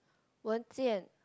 Wen-Jian